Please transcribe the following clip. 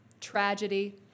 tragedy